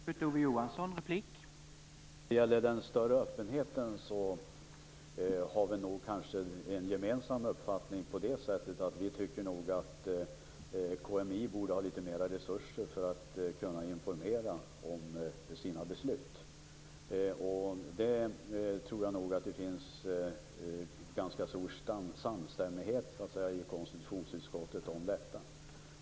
Herr talman! När det gäller den större öppenheten har vi kanske en gemensam uppfattning så till vida att vi nog tycker att KMI borde ha litet mera resurser för att kunna informera om sina beslut. Jag tror att det finns ganska stor samstämmighet i konstitutionsutskottet om detta.